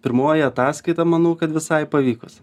pirmoji ataskaita manau kad visai pavykus